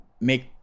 make